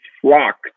flock